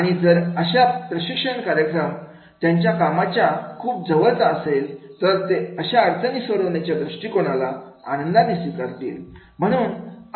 आणि जर अशा प्रशिक्षण कार्यक्रम त्यांच्या कामाच्या खूप जवळचा असेल तर ते अशा अडचणी सोडविण्याच्या दृष्टिकोनाला आनंदाने स्वीकारतील